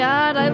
God